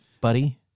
buddy